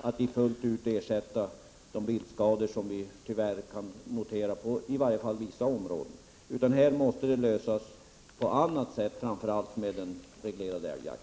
att fullt ut ersätta de viltskador som vi tyvärr kan notera i varje fall inom vissa områden. Denna fråga måste lösas på ett annat sätt, framför allt genom en reglerad älgjakt.